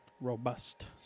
Robust